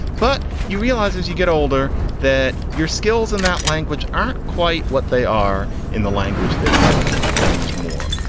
but you realize as you get older that your skills in that language aren't quite what they are in the language that you've used more.